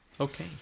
Okay